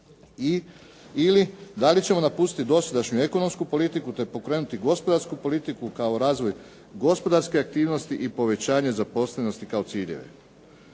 ili da li ćemo napustiti dosadašnju ekonomsku politiku te pokrenuti gospodarsku politiku kao razvoj gospodarske aktivnosti i povećanje zaposlenosti kao ciljeve.